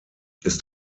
ist